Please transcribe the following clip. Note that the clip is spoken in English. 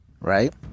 right